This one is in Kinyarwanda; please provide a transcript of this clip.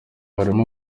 harimo